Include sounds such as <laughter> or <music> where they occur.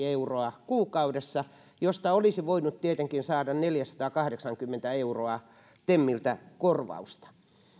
<unintelligible> euroa kuukaudessa josta olisi voinut tietenkin saada neljäsataakahdeksankymmentä euroa temiltä korvausta